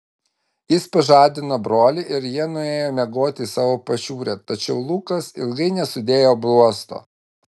jis pažadino brolį ir jie nuėjo miegoti į savo pašiūrę tačiau lukas ilgai nesudėjo bluosto